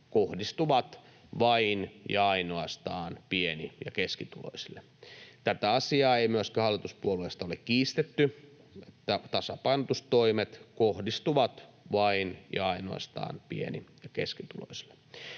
kohdistuvat vain ja ainoastaan pieni- ja keskituloisille. Tätä asiaa ei myöskään hallituspuolueista ole kiistetty, että tasapainotustoimet kohdistuvat vain ja ainoastaan pieni- ja keskituloisille.